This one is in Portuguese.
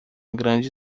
grande